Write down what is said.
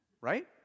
Right